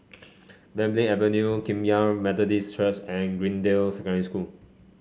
Belimbing Avenue Kum Yan Methodist Church and Greendale Secondary School